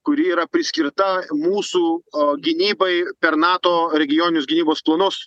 kuri yra priskirta mūsų gynybai per nato regioninius gynybos planus